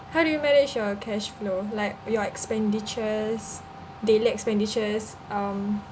how do you manage your cash flow like your expenditures daily expenditures um